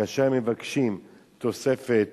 כאשר מבקשים תוספת